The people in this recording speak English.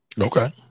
Okay